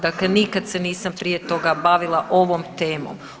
Dakle, nikad se nisam prije toga bavila ovom temom.